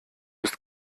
ist